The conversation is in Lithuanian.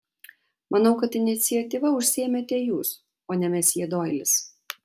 manau kad iniciatyva užsiėmėte jūs o ne mesjė doilis